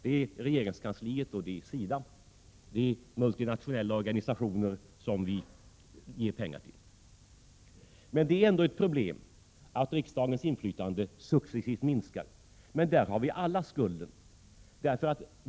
Det är regeringskansliet och SIDA och det är de multinationella organisationer som vi ger pengar till. Men det är ändå ett problem att riksdagens inflytande successivt minskar, och där har vi alla skulden.